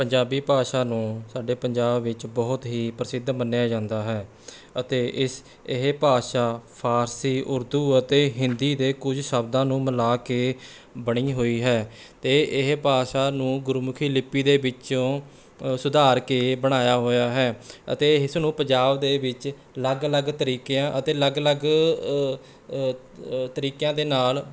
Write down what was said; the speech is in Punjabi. ਪੰਜਾਬੀ ਭਾਸ਼ਾ ਨੂੰ ਸਾਡੇ ਪੰਜਾਬ ਵਿੱਚ ਬਹੁਤ ਹੀ ਪ੍ਰਸਿੱਧ ਮੰਨਿਆ ਜਾਂਦਾ ਹੈ ਅਤੇ ਇਸ ਇਹ ਭਾਸ਼ਾ ਫਾਰਸੀ ਉਰਦੂ ਅਤੇ ਹਿੰਦੀ ਦੇ ਕੁਝ ਸ਼ਬਦਾਂ ਨੂੰ ਮਿਲਾ ਕੇ ਬਣੀ ਹੋਈ ਹੈ ਅਤੇ ਇਹ ਭਾਸ਼ਾ ਨੂੰ ਗੁਰਮੁਖੀ ਲਿਪੀ ਦੇ ਵਿੱਚੋਂ ਸੁਧਾਰ ਕੇ ਬਣਾਇਆ ਹੋਇਆ ਹੈ ਅਤੇ ਇਸਨੂੰ ਪੰਜਾਬ ਦੇ ਵਿੱਚ ਅਲੱਗ ਅਲੱਗ ਤਰੀਕਿਆਂ ਅਤੇ ਅਲੱਗ ਅਲੱਗ ਤਰੀਕਿਆਂ ਦੇ ਨਾਲ